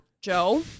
Joe